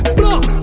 block